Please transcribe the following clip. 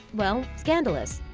well, scandalous.